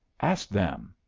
ask them.